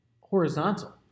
horizontal